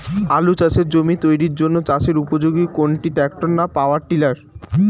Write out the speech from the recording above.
আলু চাষের জমি তৈরির জন্য চাষের উপযোগী কোনটি ট্রাক্টর না পাওয়ার টিলার?